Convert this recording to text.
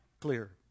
clear